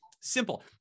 simple